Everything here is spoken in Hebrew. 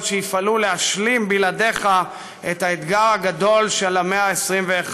שיפעלו להשלים בלעדיך את האתגר הגדול של המאה ה-21,